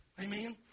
Amen